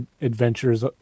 adventures